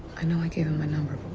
i know i gave him my number,